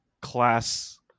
class